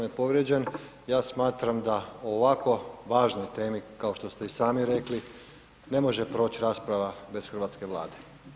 238. je povrijeđen, ja smatram da o ovakvoj važnoj temi kao što ste i sami rekli, ne može proći rasprava bez hrvatske Vlade.